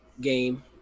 game